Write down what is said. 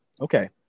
okay